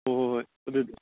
ꯍꯣꯏ ꯍꯣꯏ ꯍꯣꯏ ꯑꯗꯨꯗꯤ